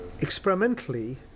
experimentally